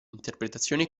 interpretazione